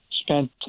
spent